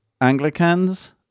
Anglicans